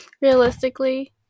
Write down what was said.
Realistically